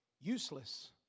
useless